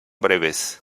breves